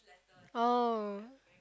oh